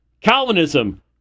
Calvinism